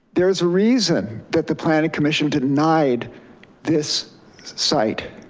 there's a reason that the planning commission denied this site,